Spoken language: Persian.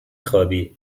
خوابی